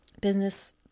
business